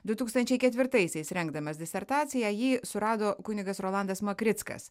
du tūkstančiai ketvirtaisiais rengdamas disertaciją jį surado kunigas rolandas makrickas